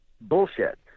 bullshit